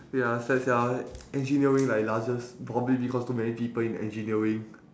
ya sad sia engineering like largest probably because too many people in engineering